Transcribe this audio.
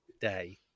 day